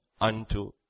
unto